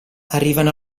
arrivano